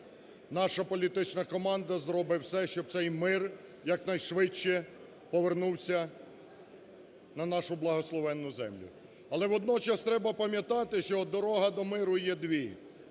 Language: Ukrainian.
наша політична команда зробить все, щоб цей мир якнайшвидше повернувся на нашу благословенну землю. Але водночас треба пам'ятати, що дороги до миру є дві: